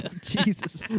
Jesus